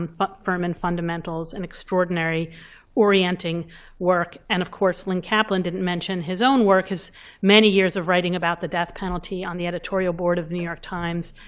um but furman fundamentals, an extraordinary orienting work. and of course, linc caplan didn't mention his own work, his many years of writing about the death penalty on the editorial board of the new york times.